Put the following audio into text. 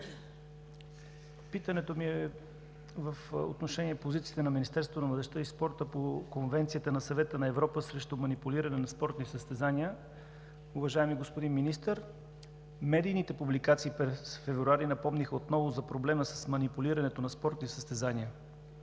Питането ми е по отношение позицията на Министерството на младежта и спорта по Конвенцията на Съвета на Европа срещу манипулиране на спортни състезания. Уважаеми господин Министър, медийните публикации през месец февруари напомниха отново за проблема с манипулирането на спортни състезания.